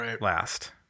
last